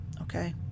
okay